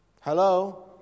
Hello